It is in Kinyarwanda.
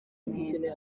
mwiza